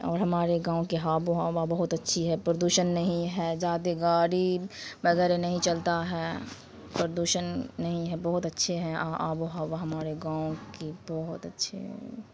اور ہمارے گاؤں کی آب و ہوا بہت اچھی ہے پردوشن نہیں ہے زیادہ گاڑی وغیرہ نہیں چلتا ہے پردوشن نہیں ہے بہت اچھے ہیں آب و ہوا ہمارے گاؤں کی بہت اچھے